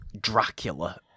Dracula